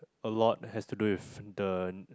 a lot has to do with the